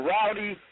Rowdy